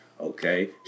Okay